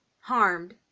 harmed